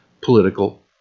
political